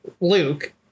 Luke